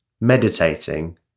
meditating